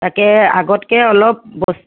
তাকে আগতকৈ অলপ বস্তু